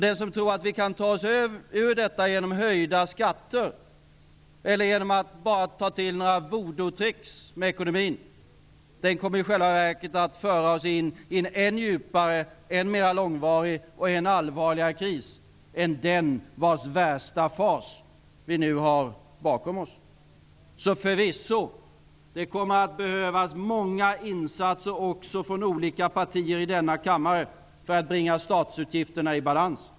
Den som tror att vi kan ta oss ur detta genom höjda skatter eller genom att bara ta till voodootrix med ekonomin kommer i själva verket att föra oss in i en än djupare, än långvarigare och än allvarligare kris än den vars värsta fas vi nu har bakom oss. Det kommer förvisso att behövas många insatser också från olika partier i denna kammare för att bringa statsutgifterna i balans.